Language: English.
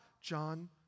John